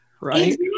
right